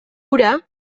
hura